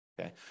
okay